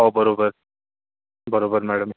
हो बरोबर बरोबर मॅडम